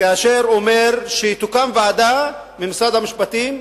כאשר הוא אומר שתוקם ועדה במשרד המשפטים,